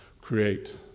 create